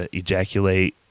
ejaculate